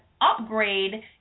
upgrade